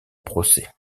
procès